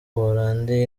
buholandi